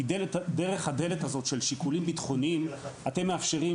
כי דרך הדלת הזו של שיקולים בטחוניים אתם מאפשרים